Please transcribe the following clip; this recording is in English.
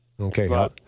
Okay